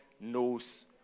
knows